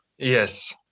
Yes